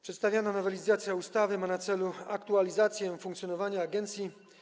Przedstawiana nowelizacja ustawy ma na celu aktualizację funkcjonowania agencji.